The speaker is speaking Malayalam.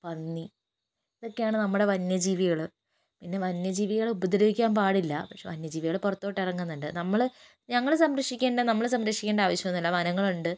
പന്നി ഇതൊക്കെയാണ് നമ്മുടെ വന്യജീവികൾ പിന്നെ വന്യജീവികളെ ഉപദ്രവിക്കാൻ പാടില്ല പക്ഷെ വന്യജീവികൾ പുറത്തോട്ടിറങ്ങുന്നുണ്ട് നമ്മൾ ഞങ്ങൾ സംരക്ഷിക്കേണ്ട നമ്മൾ സംരക്ഷിക്കേണ്ട അവശ്യമൊന്നുമില്ല വനങ്ങളുണ്ട്